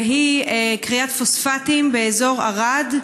והיא כריית פוספטים באזור ערד,